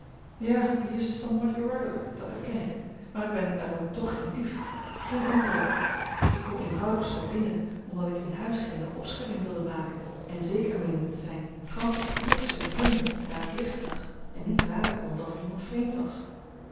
ja die is somewhat irregular dat erken ik maar ik ben daarom toch geen dief geen inbreker ik kom eenvoudig zoo binnen omdat ik in huis geene opschudding wilde maken en zeker meende te zijn francis hier te zullen vinden daar ik licht zag en niet raden kon dat er iemand vreemd was